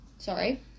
Sorry